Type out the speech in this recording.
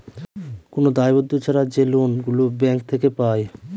কোন দায়বদ্ধ ছাড়া যে লোন গুলো ব্যাঙ্ক থেকে পায়